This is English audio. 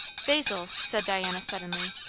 basil, said diana suddenly,